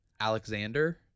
Alexander